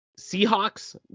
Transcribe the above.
Seahawks